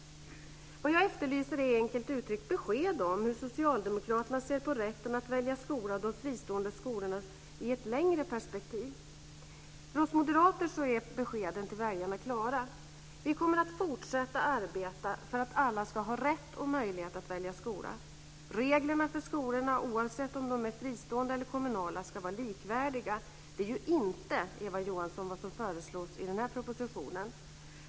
Vad jag efterlyser är enkelt uttryckt besked om hur Socialdemokraterna ser på rätten att välja skola och på de fristående skolorna i ett längre perspektiv. För oss moderater är beskeden till väljarna klara. Vi kommer att fortsätta att arbeta för att alla ska ha rätt och möjlighet att välja skola. Reglerna för skolorna, oavsett om dessa är fristående eller kommunala, ska vara likvärdiga. Det är ju inte, Eva Johansson, vad som föreslås i den här propositionen.